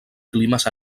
climes